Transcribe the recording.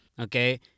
Okay